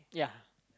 yeah